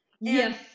Yes